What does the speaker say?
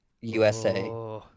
USA